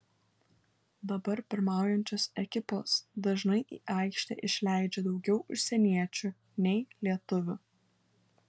dabar pirmaujančios ekipos dažnai į aikštę išleidžia daugiau užsieniečių nei lietuvių